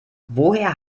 woher